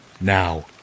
Now